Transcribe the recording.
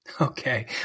Okay